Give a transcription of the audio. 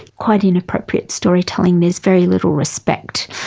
quite inappropriate storytelling, there's very little respect.